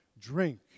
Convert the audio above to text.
drink